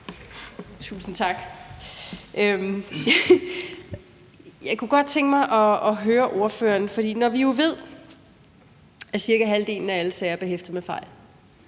Tusind tak. Jeg kunne godt tænke mig at høre ordføreren om noget. Når vi jo ved, at cirka halvdelen af alle sager er behæftet med fejl;